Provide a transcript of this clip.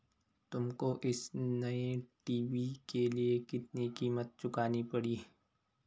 तुमको इस नए टी.वी के लिए कितनी कीमत चुकानी पड़ी?